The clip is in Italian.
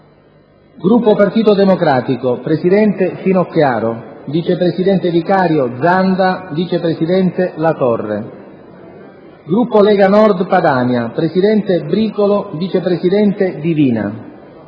Gruppo Partito Democratico Presidente: Finocchiaro Vice presidente vicario: Zanda Vice presidente: Latorre Gruppo Lega Nord Padania Presidente: Bricolo Vice presidente: Divina